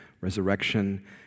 resurrection